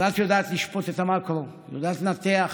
אז את יודעת לשפוט את המקרו, יודעת לנתח